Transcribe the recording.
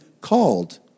called